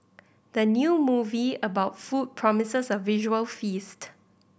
the new movie about food promises a visual feast